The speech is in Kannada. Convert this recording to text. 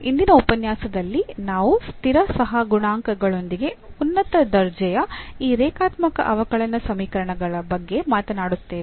ಇಂದಿನ ಉಪನ್ಯಾಸದಲ್ಲಿ ನಾವು ಸ್ಥಿರ ಸಹಗುಣಾಂಕಗಳೊಂದಿಗೆ ಉನ್ನತ ದರ್ಜೆಯ ಈ ರೇಖಾತ್ಮಕ ಅವಕಲನ ಸಮೀಕರಣಗಳ ಬಗ್ಗೆ ಮಾತನಾಡುತ್ತೇವೆ